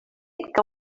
que